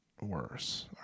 worse